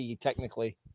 Technically